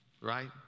right